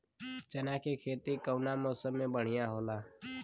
चना के खेती कउना मौसम मे बढ़ियां होला?